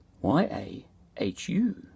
Y-A-H-U